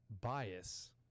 bias